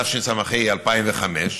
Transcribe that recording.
התשס"ה 2005,